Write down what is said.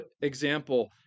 example